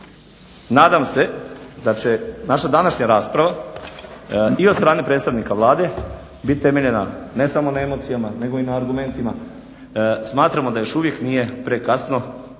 nadam se da će naša današnja rasprava i od strane predstavnika Vlade bit temeljena, ne samo na emocijama nego i na argumentima. Smatramo da još uvijek nije prekasno,